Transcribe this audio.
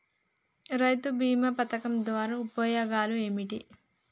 రైతు బీమా పథకం ద్వారా ఉపయోగాలు ఏమిటి?